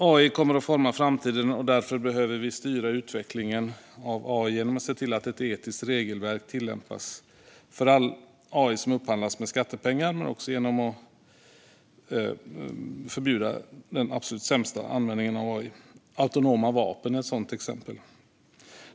AI kommer att forma framtiden, och därför behöver vi styra utvecklingen av AI genom att se till att ett etiskt regelverk tillämpas för all AI som upphandlas med skattepengar men också genom att förbjuda den absolut sämsta användningen av AI. Autonoma vapen är ett sådant exempel.